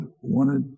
wanted